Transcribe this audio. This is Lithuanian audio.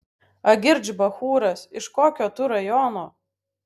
agirdž bachūras iš kokio tu rajono